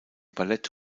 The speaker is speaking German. ballett